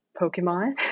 pokemon